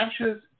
Ashes